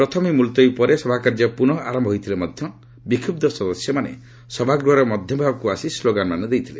ପ୍ରଥମ ମୁଲତବୀ ପରେ ସଭାକାର୍ଯ୍ୟ ପୁନଃ ଆରମ୍ଭ ହୋଇଥିଲେ ମଧ୍ୟ ବିକ୍ଷୁତ୍ସ ସଦସ୍ୟମାନେ ସଭାଗୃହର ମଧ୍ୟଭାଗକୁ ଆସି ସ୍କାଗାନମାନ ଦେଇଥିଲେ